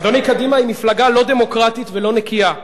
אדוני, קדימה היא מפלגה לא דמוקרטית ולא נקייה.